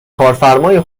کارفرمای